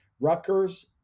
Rutgers